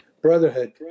Brotherhood